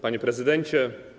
Panie Prezydencie!